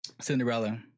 Cinderella